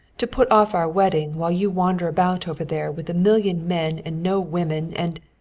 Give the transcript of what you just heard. to put off our wedding while you wander about over there with a million men and no women and